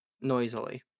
Noisily